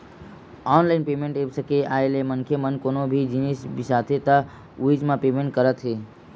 online payment apps के आए ले मनखे मन कोनो भी जिनिस बिसाथे त उहींच म पेमेंट करत हे